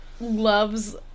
love's